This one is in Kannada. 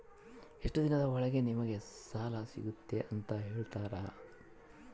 ಎಷ್ಟು ದಿನದ ಒಳಗೆ ನಮಗೆ ಸಾಲ ಸಿಗ್ತೈತೆ ಅಂತ ಹೇಳ್ತೇರಾ?